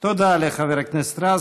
תודה לחבר הכנסת רז.